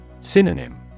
Synonym